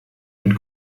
mit